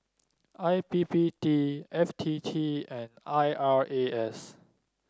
I P P T F T T and I R A S